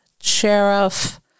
sheriff